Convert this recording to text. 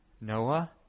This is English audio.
Noah